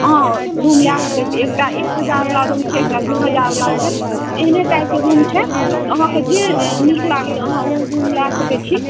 अहाँ रूम लए सकैत छी एकटा एक हजारवला रूम छै एकटा दू हजारवला छै एहने टाइपके रूम छै अहाँके जे नीक लगैए अहाँ ओ रूम लए सकैत छी